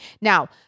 Now